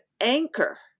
anchor